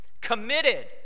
committed